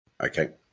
Okay